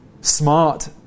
smart